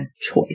choice